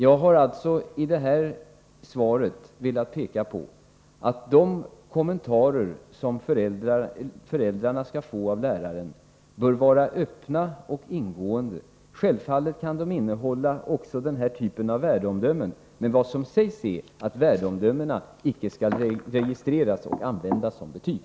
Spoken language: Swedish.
Jag har i detta svar velat peka på att de kommentarer som föräldrarna skall få av läraren bör vara öppna och ingående. Självfallet kan de innehålla också denna typ av värdeomdömen, men vad som framhålls är att värdeomdömen icke skall registreras och användas som betyg.